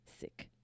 sick